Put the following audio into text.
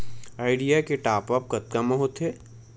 Idea के top आप कतका म होथे?